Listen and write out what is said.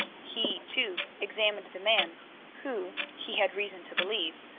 he, too, examined the man who, he had reason to believe,